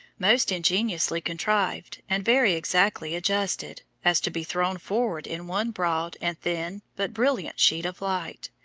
most ingeniously contrived and very exactly adjusted, as to be thrown forward in one broad and thin, but brilliant sheet of light,